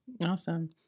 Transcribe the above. Awesome